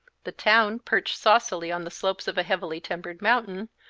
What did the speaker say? the town, perched saucily on the slopes of a heavily timbered mountain,